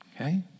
Okay